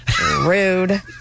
Rude